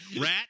Rat